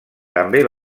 també